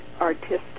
artistic